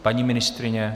Paní ministryně?